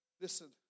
Listen